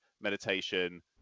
meditation